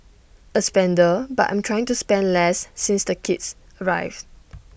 A spender but I'm trying to spend less since the kids arrived